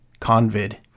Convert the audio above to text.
Convid